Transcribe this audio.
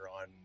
on